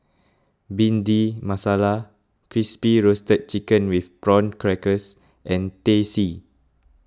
Bhindi Masala Crispy Roasted Chicken with Prawn Crackers and Teh C